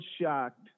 shocked